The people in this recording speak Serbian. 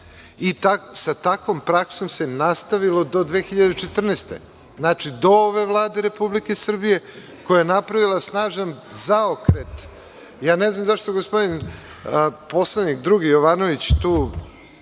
Sa takvom praksom se nastavilo do 2014. godine, znači, do ove Vlade Republike Srbije koja je napravila snažan zaokret. Ne znam zašto gospodin poslanik, drugi Jovanović, tu